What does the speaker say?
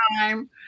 time